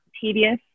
tedious